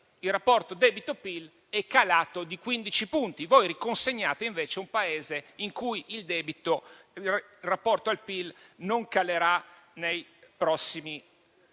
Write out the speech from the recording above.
Il rapporto debito-PIL è calato di quindici punti. Voi, invece, riconsegnate un Paese in cui il debito in rapporto al PIL non calerà nei prossimi anni.